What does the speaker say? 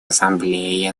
ассамблее